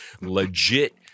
legit